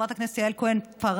חברת הכנסת יעל כהן-פארן,